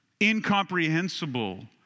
incomprehensible